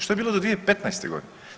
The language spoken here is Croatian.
Što je bilo do 2015. godine?